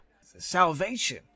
salvation